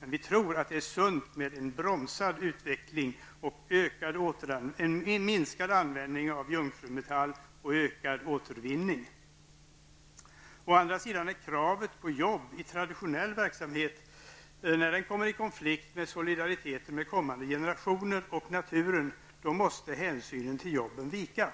Vi tror emellertid att det är sunt att bromsa utvecklingen, minska användningen av jungfrumetall och öka återvinningen. När kravet på jobb i traditionell verksamhet kommer i konflikt med solidariteten med kommande generationer och med naturen måste å andra sidan hänsynen till jobben vika.